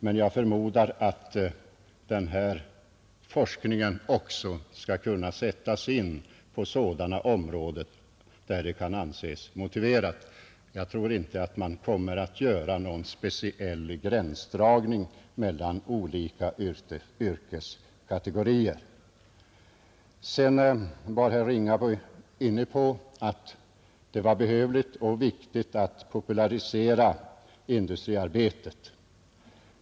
Men jag förmodar att denna forskning också skall sättas på sådana områden, om det kan anses vara motiverat. Jag tror inte att man kommer att göra någon speciell gränsdragning mellan olika yrkeskategorier. Slutligen var herr Ringaby inne på att det var behövligt och viktigt att försöka popularisera industriarbetet.